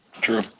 True